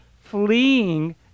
fleeing